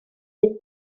bydd